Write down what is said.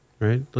Right